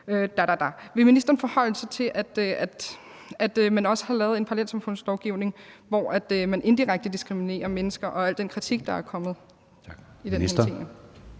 Vil ministeren forholde sig til, at man også har lavet en parallelsamfundslovgivning, hvor man indirekte diskriminerer mennesker, og til al den kritik, der er kommet